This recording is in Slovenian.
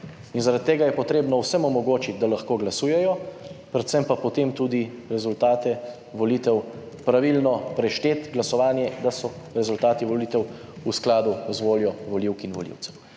In zaradi tega je potrebno vsem omogočiti, da lahko glasujejo, predvsem pa potem tudi rezultate volitev, pravilno prešteti, glasovanje, da so rezultati volitev v skladu z voljo volivk in volivcev.